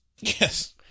Yes